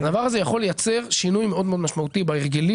הדבר הזה יכול לייצר שינוי מאוד מאוד משמעותי בהרגלים